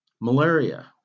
Malaria